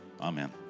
Amen